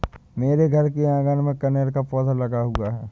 मेरे घर के आँगन में कनेर का पौधा लगा हुआ है